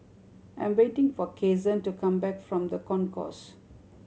I am waiting for Kasen to come back from The Concourse